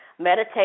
meditate